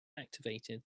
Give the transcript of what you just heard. activated